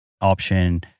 option